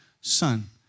son